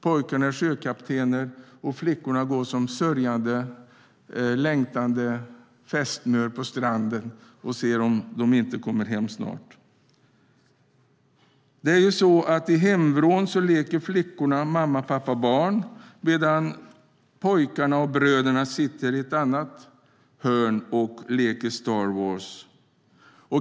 Pojkarna är sjökaptener och flickorna går som sörjande, längtande fästmör på stranden och ser om de inte kommer hem snart. I hemvrån leker flickorna mamma, pappa, barn medan pojkarna och bröderna sitter i ett annat hörn och leker Star Wars.